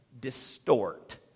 distort